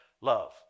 love